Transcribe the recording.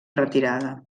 retirada